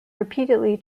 repeatedly